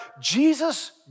Jesus